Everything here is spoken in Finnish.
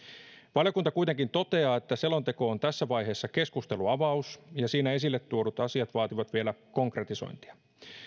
valiokunta kuitenkin toteaa että selonteko on tässä vaiheessa keskustelunavaus ja siinä esille tuodut asiat vaativat vielä konkretisointia